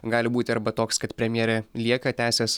gali būti arba toks kad premjerė lieka tęsias